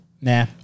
nah